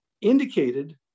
indicated